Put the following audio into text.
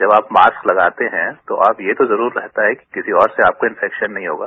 जब आप मास्क लगाते हैं तो ये तो जरूर रहता है कि किसी और से आपको इंफैक्शन नहीं होगा